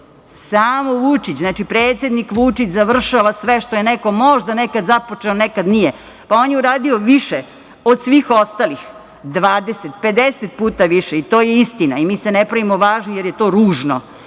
Vučić, predsednik Vučić, završava sve što je neko nekad možda započeo, nekad nije. On je uradio više od svih ostalih, 20, 50 puta više. I to je istina. Mi se ne pravimo važni, jer je to ružno,